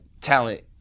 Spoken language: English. talent